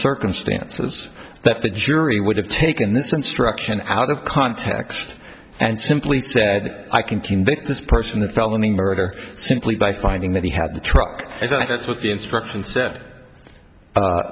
circumstances that the jury would have taken this instruction out of context and simply said i can convict this person the felony murder simply by finding that he had the truck and that's what the instructions said